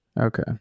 Okay